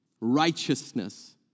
righteousness